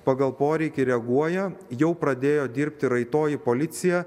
pagal poreikį reaguoja jau pradėjo dirbti raitoji policija